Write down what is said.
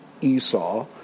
Esau